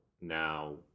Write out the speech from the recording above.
now